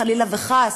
חלילה וחס,